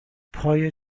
پای